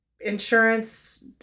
insurance